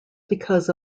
because